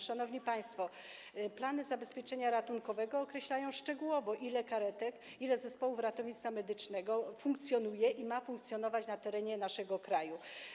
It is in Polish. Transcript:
Szanowni państwo, plany zabezpieczenia ratunkowego określają szczegółowo, ile karetek i ile zespołów ratownictwa medycznego funkcjonuje i ma funkcjonować na terenie naszego kraju.